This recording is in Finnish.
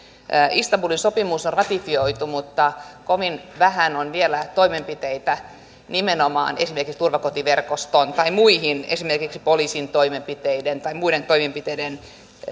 istanbulin sopimus on ratifioitu mutta kovin vähän on vielä toimenpiteitä nimenomaan esimerkiksi turvakotiverkoston tai muun hyväksi esimerkiksi poliisin toimenpiteiden tai muiden toimenpiteiden